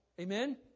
Amen